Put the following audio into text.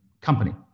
company